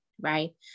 Right